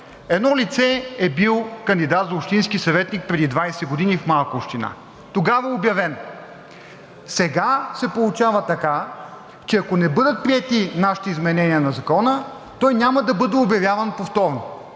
едно лице е било кандидат за общински съветник преди 20 години в малка община. Тогава е обявен. Сега се получава така, че ако не бъдат приети нашите изменения на Закона, той няма да бъде обявяван повторно,